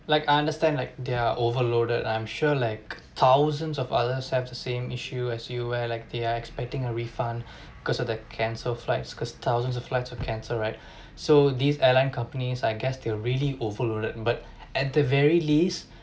like I understand like they're overloaded I'm sure like thousands of others have the same issue as you where like the are expecting a refund because of the cancel flights because thousands of flights have canceled right so these airline companies I guess they're really overloaded but at the very least